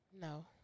No